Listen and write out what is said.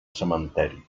cementeri